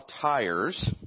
tires